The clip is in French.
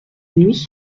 nuit